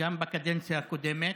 גם בקדנציה הקודמת,